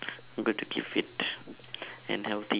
good to keep fit and healthy